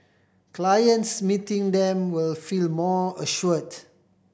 clients meeting them will feel more assured